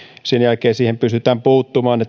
sen jälkeen siihen pystytään puuttumaan